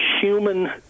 human